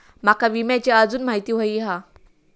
माका विम्याची आजून माहिती व्हयी हा?